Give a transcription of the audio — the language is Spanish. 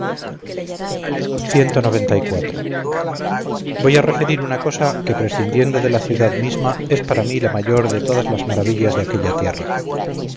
semejante al del cabrahigo voy a referir una cosa que prescindiendo de la ciudad misma es para mí la mayor de todas las maravillas de aquella tierra